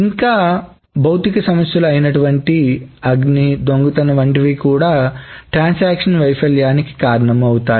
ఇంకా భౌతిక సమస్యలు అయినటువంటి అగ్ని దొంగతనం వంటివి కూడా ట్రాన్సాక్షన్ వైఫల్యానికి కారణం అవుతాయి